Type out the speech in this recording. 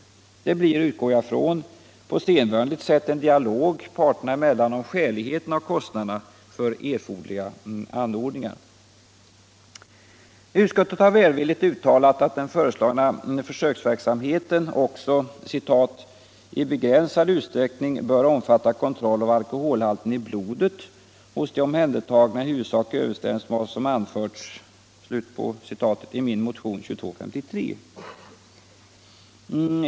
Det blir — utgår jag från — på sedvanligt sätt en dialog parterna emellan om skäligheten av kostnaderna för erforderliga anordningar. Utskottet har välvilligt uttalat att den föreslagna försöksverksamheten - också bör ”i begränsad utsträckning omfatta kontroll av alkoholhalten i blodet hos de omhändertagna i huvudsaklig överensstämmelse med vad som anförs i motionen 2253”. dvs. den av mig väckta motionen.